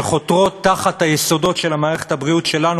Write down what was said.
שחותרות תחת היסודות של מערכת הבריאות שלנו